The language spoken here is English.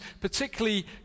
particularly